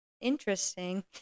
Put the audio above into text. Interesting